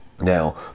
now